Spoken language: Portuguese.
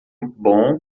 bom